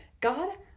God